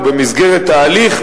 ובמסגרת ההליך,